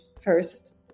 first